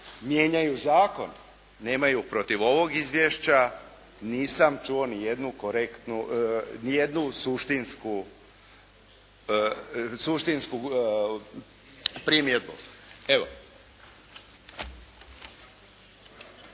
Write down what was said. mijenjaju zakon nemaju, protiv ovog izvješća nisam čuo nijednu korektnu, nijednu